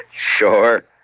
Sure